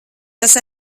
tas